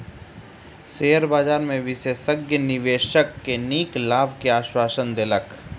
share बजार में विशेषज्ञ निवेशक के नीक लाभ के आश्वासन देलक